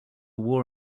war